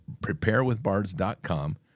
preparewithbards.com